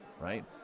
right